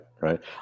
right